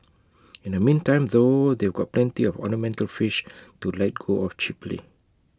in the meantime though they've got plenty of ornamental fish to let go of cheaply